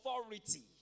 authority